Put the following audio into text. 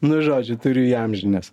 nu žodžiu turiu įamžinęs